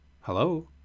Hello